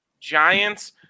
Giants